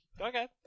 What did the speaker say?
okay